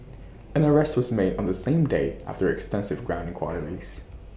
an arrest was made on the same day after extensive ground enquiries